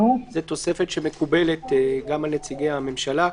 זו תוספת שמקובלת גם על נציגי הממשלה,